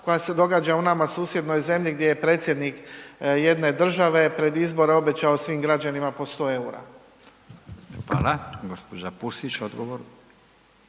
koja se događa u nama susjednoj zemlji gdje je predsjednik jedne države pred izbore obećao svim građanima po 100 EUR-a. **Radin, Furio